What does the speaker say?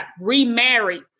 remarried